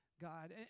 God